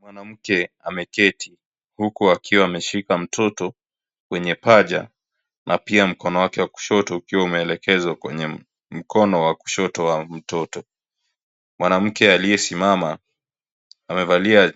Mwanamke ameketi huku akiwa ameshika mtoto kwenye paja na pia mkono wake wa kushoto ukiwa umeelekezwa kwenye mkono wa kushoto wa mtoto. Mwanamke aliyesimama amevalia